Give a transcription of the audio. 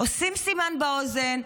עושים סימן באוזן.